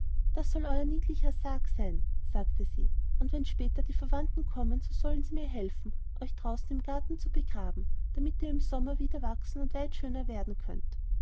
das soll euer niedlicher sarg sein sagte sie und wenn später die verwandten kommen so sollen sie mir helfen euch draußen im garten zu begraben damit ihr im sommer wieder wachsen und weit schöner werden könnet